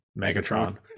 Megatron